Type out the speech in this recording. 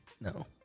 no